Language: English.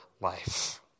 life